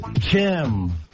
Kim